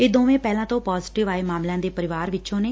ਇਹ ਦੋਵੇਂ ਪਹਿਲਾਂ ਤੋਂ ਪਾਜ਼ੇਟਿਵ ਆਏ ਮਾਮਲਿਆਂ ਦੇ ਪਰਿਵਾਰ ਵਿਚੋਂ ਨੇ